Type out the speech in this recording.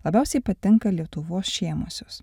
labiausiai patinka lietuvos šiemosios